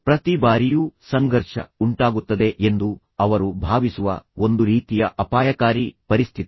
ಪ್ರತಿ ಬಾರಿಯೂ ಸಂಘರ್ಷ ಉಂಟಾಗುತ್ತದೆ ಎಂದು ಅವರು ಭಾವಿಸುವ ಒಂದು ರೀತಿಯ ಅಪಾಯಕಾರಿ ಪರಿಸ್ಥಿತಿ